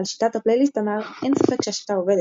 על שיטת הפלייליסט אמר "...אין ספק שהשיטה עובדת,